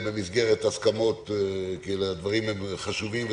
גם היא במסגרת הסכמות כי הדברים חשובים ודחופים.